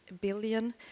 billion